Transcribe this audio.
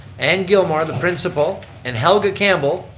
ann gilmore, the principal and helga campbell,